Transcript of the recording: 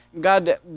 God